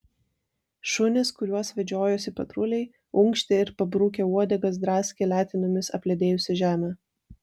šunys kuriuos vedžiojosi patruliai unkštė ir pabrukę uodegas draskė letenomis apledėjusią žemę